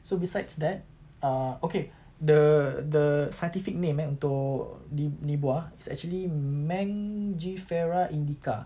so besides that uh okay the the scientific name eh untuk ini ini buah is actually mangifera indica